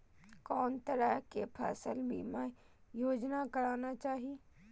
कोन तरह के फसल बीमा योजना कराना चाही?